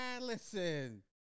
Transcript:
Listen